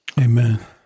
Amen